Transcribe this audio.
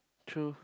true